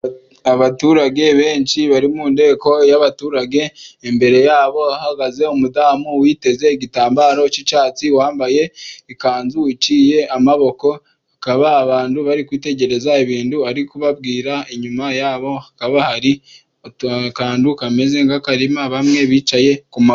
Abaturage benshi bari mu nteko y'abaturage, imbere yabo hahagaze umudamu witeze igitambaro cy'icyatsi, wambaye ikanzu iciye amaboko, hakaba abantu bari kwitegereza ibintu ari kubabwira, inyuma yabo hakaba hari akantu kameze nk'akarima bamwe bicaye ku maguru.